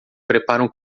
preparam